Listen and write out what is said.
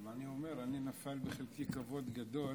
אני אומר, נפל בחלקי כבוד גדול